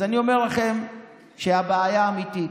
אז אני אומר לכם שהבעיה אמיתית,